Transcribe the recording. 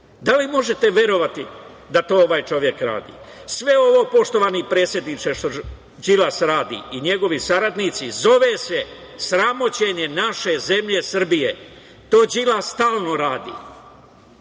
Da li možete verovati da to ovaj čovek radi? Sve ovo, poštovani predsedniče što Đilas radi i njegovi saradnici zove se, sramoćenje naše zemlje Srbije. To Đilas stalno radi.